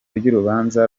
ry’urubanza